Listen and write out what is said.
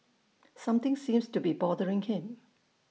something seems to be bothering him